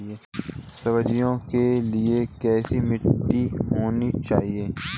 सब्जियों के लिए कैसी मिट्टी होनी चाहिए?